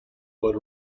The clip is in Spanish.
por